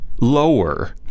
lower